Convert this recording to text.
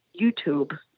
YouTube